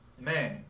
Man